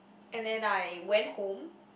and then I went home